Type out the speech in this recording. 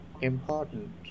important